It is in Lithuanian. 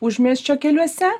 užmiesčio keliuose